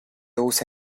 usa